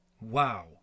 Wow